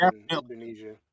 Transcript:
Indonesia